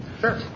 Sure